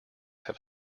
have